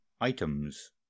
items